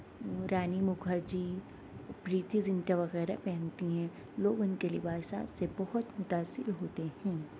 رانی مکھرجی پریتی زنٹا وغیرہ پہنتی ہیں لوگ ان کے لباسات سے بہت متأثر ہوتے ہیں